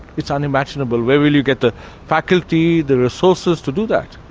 it's unimaginable. where will you get the faculty, the resources to do that?